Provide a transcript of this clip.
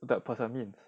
that person means